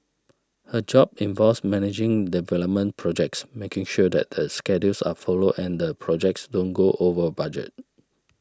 her job involves managing development projects making sure that the schedules are followed and the projects don't go over budget